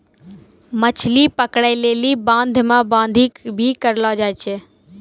मछली पकड़ै लेली बांध मे बांधी भी करलो जाय छै